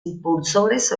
impulsores